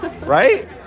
right